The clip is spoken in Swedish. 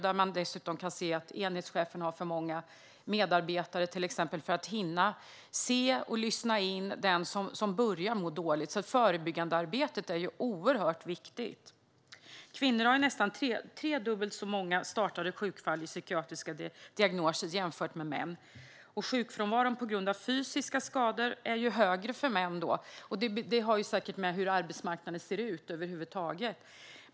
Till exempel kan enhetschefen ha för många medarbetare för att hinna se och lyssna in den som börjar må dåligt. Förebyggandearbetet är oerhört viktigt. Kvinnor har nästan tre gånger så många startade sjukfall när det gäller psykiatriska diagnoser jämfört med män. Sjukfrånvaron på grund av fysiska skador är högre för män, och det har säkert att göra med hur arbetsmarknaden ser ut över huvud taget.